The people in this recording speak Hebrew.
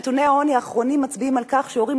ונתוני העוני האחרונים מצביעים על כך שהורים